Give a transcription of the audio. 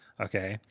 Okay